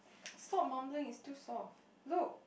stop mumbling its too soft look